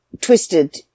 twisted